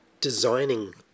designing